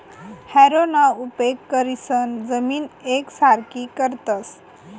हॅरोना उपेग करीसन जमीन येकसारखी करतस